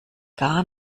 gar